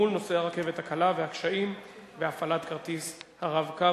מול נוסעי הרכבת הקלה והקשיים בהפעלת כרטיס ה"רב-קו",